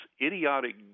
idiotic